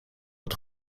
het